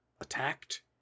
attacked